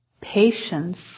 patience